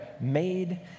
made